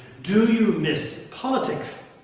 do you miss politics